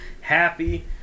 happy